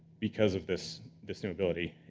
because of this this new ability.